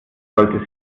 sollte